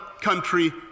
country